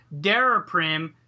Daraprim